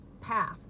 path